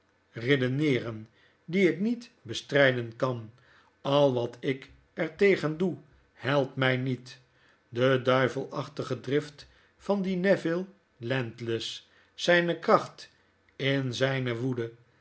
vrees waartegen ik niet redeneeren dieikniet bestrijden kan l wat ik er tegen doe helpt mij niet de duivelachtige drift van dien neville landless zijne kracht in zijne woede